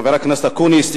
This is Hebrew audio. חבר הכנסת אקוניס,